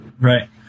Right